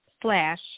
slash